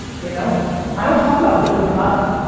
you know i don't talk about building product.